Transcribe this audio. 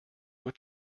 wird